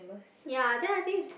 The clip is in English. ya then I think it's